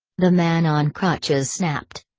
the man on crutches snapped.